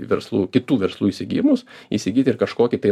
verslų kitų verslų įsigijimus įsigyt ir kažkokį tai